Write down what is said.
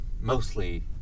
mostly